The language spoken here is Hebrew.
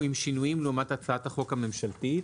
עם שינויים לעומת הצעת החוק הממשלתית.